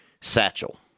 satchel